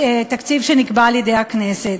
תקציב שנקבע על-ידי הכנסת.